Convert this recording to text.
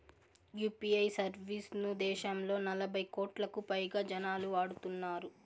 UPI service ను దేశంలో నలభై కోట్లకు పైగా జనాలు వాడుతున్నారు